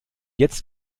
jetzt